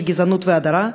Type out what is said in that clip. של גזענות והדרה,